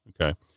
okay